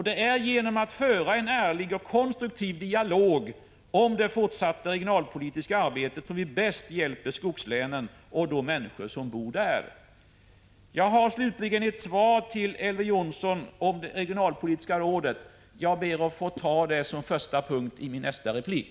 Det är genom att föra en ärlig och konstruktiv dialog om det fortsatta regionalpolitiska arbetet som vi bäst hjälper skogslänen och de människor som bor där. Slutligen vill jag säga att jag har ett svar till Elver Jonsson om det regionalpolitiska rådet. Jag ber att få ta detta som första punkt i min nästa replik.